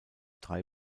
drei